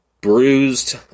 bruised